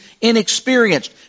inexperienced